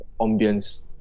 ambience